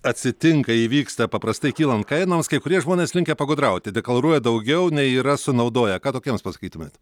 atsitinka įvyksta paprastai kylant kainoms kai kurie žmonės linkę pagudrauti deklaruoja daugiau nei yra sunaudoję ką tokiems pasakytumėt